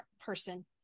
person